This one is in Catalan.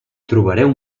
trobareu